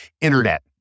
internet